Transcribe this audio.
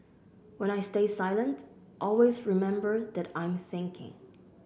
when I stay silent always remember that I'm thinking